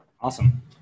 Awesome